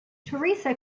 theresa